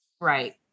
Right